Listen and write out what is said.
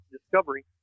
discovery